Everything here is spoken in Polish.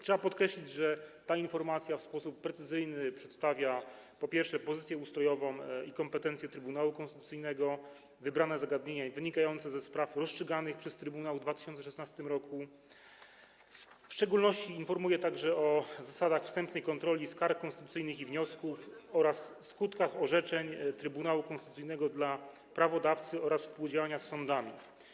Trzeba podkreślić, że ta informacja w sposób precyzyjny przedstawia, po pierwsze, pozycję ustrojową i kompetencje Trybunału Konstytucyjnego, wybrane zagadnienia wynikające ze spraw rozstrzyganych przez trybunał w 2016 r., a w szczególności informuje o zasadach wstępnej kontroli skarg konstytucyjnych i wniosków oraz skutkach orzeczeń Trybunału Konstytucyjnego dla prawodawcy oraz współdziałania z sądami.